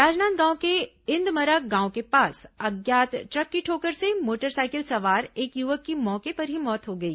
राजनांदगांव के इंदमरा गांव के पास अज्ञात ट्रक की ठोकर से मोटरसाइकिल सवार एक युवक की मौके पर ही मौत हो गई